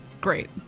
Great